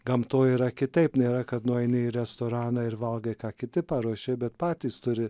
gamtoj yra kitaip nėra kad nueini į restoraną ir valgai ką kiti paruošė bet patys turi